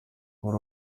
muri